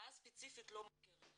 התופעה הספציפית לא מוכרת לנו,